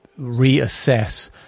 reassess